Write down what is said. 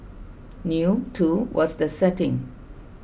new too was the setting